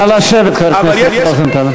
נא לשבת, חבר הכנסת רוזנטל.